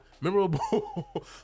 memorable